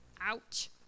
Ouch